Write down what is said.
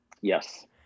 Yes